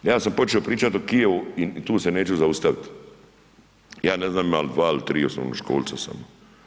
Ja sam počeo pričati o Kijevu i tu se neću zaustaviti, ja ne znam ima li dva ili tri osnovnoškolca samo.